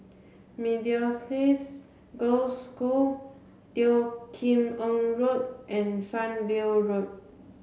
Methodist Girls' School Teo Kim Eng Road and Sunview Road